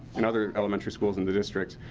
in other elementary schools in the district.